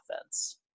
offense